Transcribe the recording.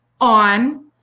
on